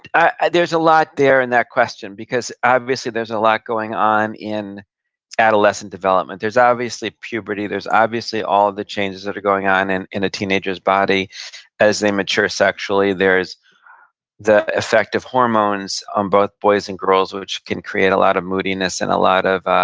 there's a lot there in that question, because obviously there's a lot going on in adolescent development. there's obviously puberty. there's obviously all the changes that are going on and in a teenager's body as they mature sexually. there's the effect of hormones on both boys and girls, which can create a lot of moodiness and a lot of